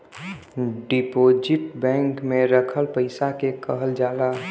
deposit bank में रखल पइसा के कहल जाला